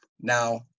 Now